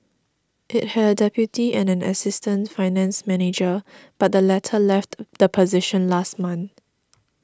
it had a deputy and an assistant finance manager but the latter left the position last month